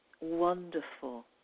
wonderful